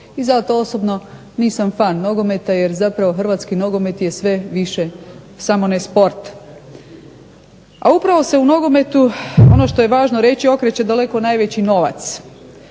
i zato osobno nisam fan nogometa jer zapravo hrvatski nogomet je sve više samo ne sport. Upravo se u nogometu, ono što je važno reći, okreće daleko najveći novac,